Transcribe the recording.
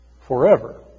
forever